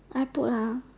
I put ah